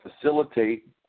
facilitate